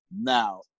Now